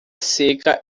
seca